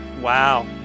wow